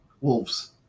wolves